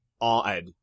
odd